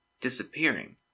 disappearing